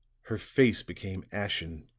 her face became ashen